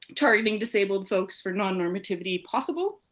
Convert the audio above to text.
targeting disabled folks for non-normativity possible,